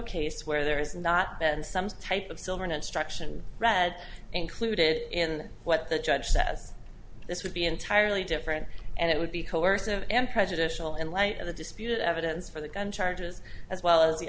case where there is not been some type of silver an instruction red included and what the judge says this would be entirely different and it would be coercive and prejudicial in light of the disputed evidence for the gun charges as well as